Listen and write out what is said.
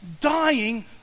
dying